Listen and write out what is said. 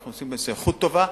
אנחנו עושים איכות טובה,